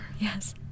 Yes